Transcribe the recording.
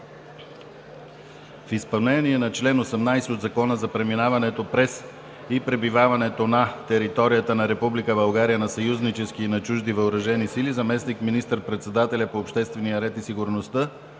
В изпълнение на чл. 18 от Закона за преминаването през и пребиваването на територията на Република България на съюзнически и на чужди въоръжени сили заместник министър-председателят по обществения ред и сигурността